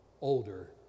older